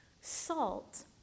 Salt